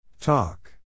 Talk